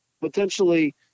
potentially